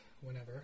whenever